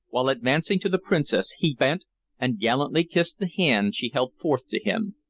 while advancing to the princess he bent and gallantly kissed the hand she held forth to him.